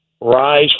rise